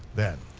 then,